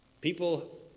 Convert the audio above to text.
People